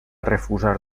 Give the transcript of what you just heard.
refusar